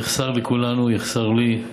יחסר לכולנו, יחסר לי,